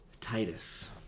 Titus